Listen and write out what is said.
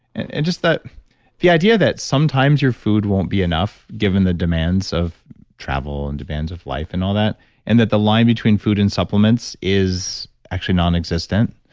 and and just the idea that sometimes your food won't be enough given the demands of travel and demands of life and all that and that the line between food and supplements is actually non-existent.